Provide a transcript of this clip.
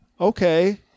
okay